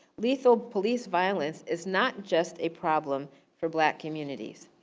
lethal police violence is not just a problem for black communities.